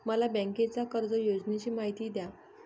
मला बँकेच्या कर्ज योजनांची माहिती द्या